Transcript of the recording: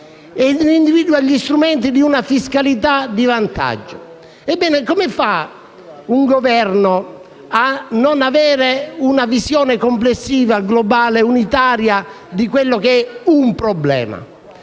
speciali, e gli strumenti di una fiscalità di vantaggio. Ebbene, come fa un Governo a non avere una visione complessiva, globale e unitaria di un problema?